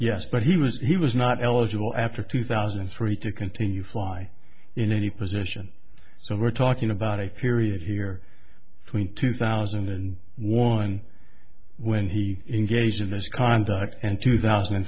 yes but he was he was not eligible after two thousand and three to continue flying in any position so we're talking about a period here between two thousand and one when he engaged in misconduct and two thousand and